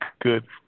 good